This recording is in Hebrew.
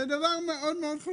זה מאוד חשוב.